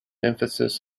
emphasis